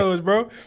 bro